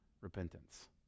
repentance